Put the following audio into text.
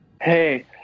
hey